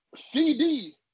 CD